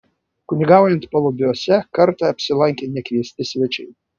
kunigaujant palubiuose kartą apsilankė nekviesti svečiai